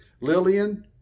Lillian